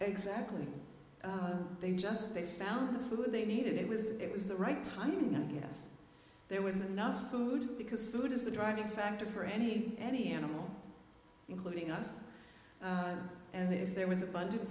exactly they just they found the food they needed it was it was the right timing i guess there was enough food because food is the driving factor for any any animal including us and if there was abun